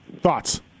thoughts